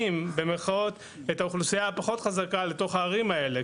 ו-"זורקים" את האוכלוסייה הפחות חזקה לתוך הערים האלה.